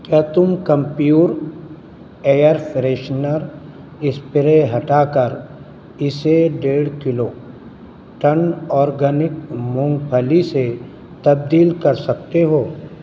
کیا تم کیمپیور ایئر فریشنر اسپرے ہٹا کر اسے ڈیڑھ کلو ٹرن آرگینک مونگ پھلی سے تبدیل کر سکتے ہو